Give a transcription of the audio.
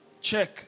Check